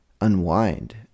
unwind